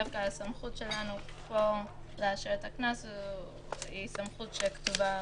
דווקא הסמכות שלנו פה לאשר את הקנס היא סמכות שכתובה